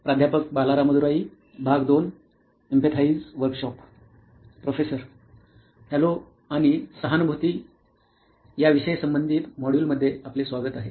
professor hello आणि सहानुभूती या विषय संबंधीत मॉड्यूलमध्ये आपले स्वागत आहे